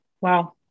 Wow